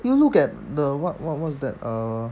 you look at the what what what's that err